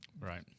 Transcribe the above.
Right